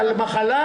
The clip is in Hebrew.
בוטל.